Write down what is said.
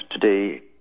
today